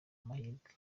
amahirwe